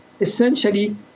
essentially